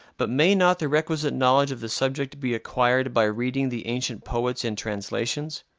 but may not the requisite knowledge of the subject be acquired by reading the ancient poets in translations?